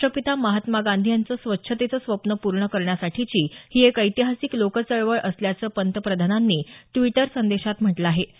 राष्ट्रपिता महात्मा गांधी यांचं स्वच्छतेचं स्वप्न पूर्ण करण्यासाठीची ही एक ऐतिहासिक लोक चळवळ असल्याचं पंतप्रधानांनी ड्विटर संदेशात म्हटलं आहे